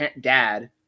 dad